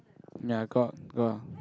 ya got got